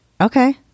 Okay